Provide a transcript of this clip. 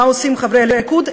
מה עושים חברי הליכוד?